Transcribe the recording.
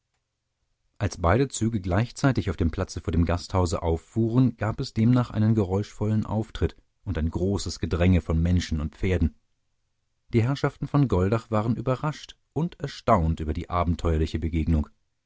als beide züge gleichzeitig auf dem platze vor dem gasthause auffuhren gab es demnach einen geräuschvollen auftritt und ein großes gedränge von menschen und pferden die herrschaften von goldach waren überrascht und erstaunt über die abenteuerliche begegnung